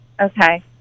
Okay